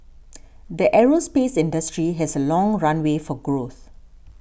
the aerospace industry has a long runway for growth